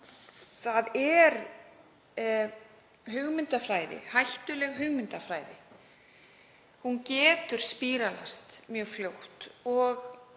það er hættuleg hugmyndafræði. Hún getur „spírallast“ mjög fljótt og